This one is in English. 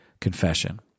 confession